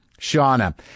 Shauna